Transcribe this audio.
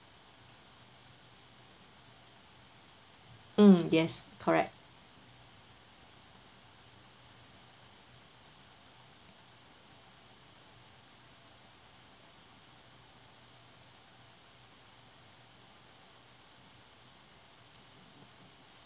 mm yes correct